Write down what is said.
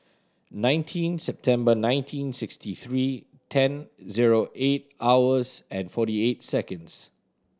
nineteen September nineteen sixty three ten zero eight hours and forty eight seconds